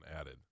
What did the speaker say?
added